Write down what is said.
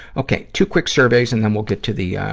ok, two quick surveys and then we'll get to the, ah,